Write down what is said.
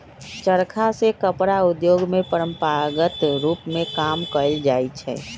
चरखा से कपड़ा उद्योग में परंपरागत रूप में काम कएल जाइ छै